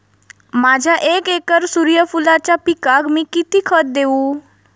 माझ्या एक एकर सूर्यफुलाच्या पिकाक मी किती खत देवू?